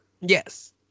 Yes